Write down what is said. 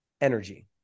energy